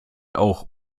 auch